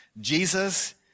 Jesus